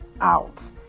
out